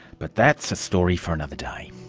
but that's a story for another day